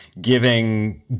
giving